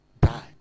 die